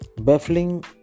baffling